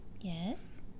Yes